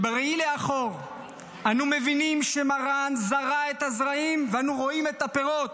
בראייה לאחור אנו מבינים שמרן זרע את הזרעים ואנו רואים את הפירות.